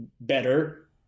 better